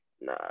nah